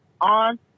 on